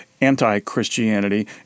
anti-Christianity